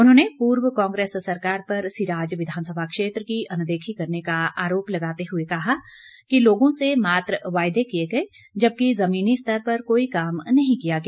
उन्होंने पूर्व कांग्रेस सरकार पर सिराज विधानसभा क्षेत्र की अनदेखी करने का आरोप लगाते हुए कहा कि लोगों से मात्र वायदे किए गए जबकि जमीनी स्तर पर कोई काम नहीं किया गया